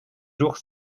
jours